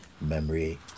memory